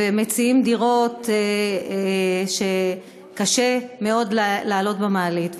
ומציעים דירות שקשה מאוד לעלות אליהן במעלית,